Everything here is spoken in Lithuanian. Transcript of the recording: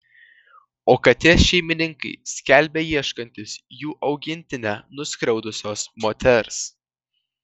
o katės šeimininkai skelbia ieškantys jų augintinę nuskriaudusios moters